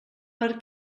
per